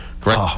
correct